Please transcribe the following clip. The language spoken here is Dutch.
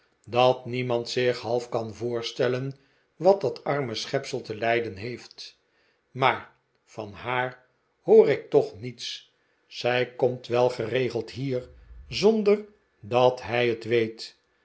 dat niemand zich half kan voorstellen wat dat arme schepsel te lijden heeft maar van haar hoor ik toch niets zij komt wel geregeld hier zonder dat hij het weet